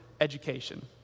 education